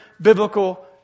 biblical